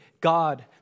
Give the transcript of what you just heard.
God